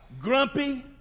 grumpy